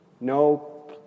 no